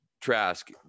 Trask